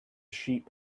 sheep